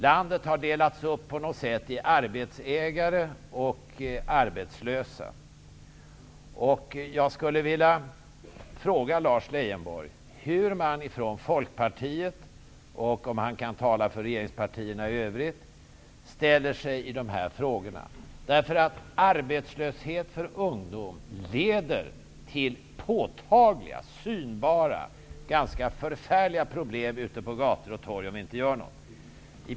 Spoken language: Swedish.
Landet har på något sätt delats upp i arbetsägare och arbetslösa. Folkpartiet och regeringspartierna i övrigt, om han kan tala för dem, ställer sig i dessa frågor. Arbetslöshet för ungdom leder till påtagliga, synbara, ganska förfärliga problem ute på gator och torg om vi inte gör något.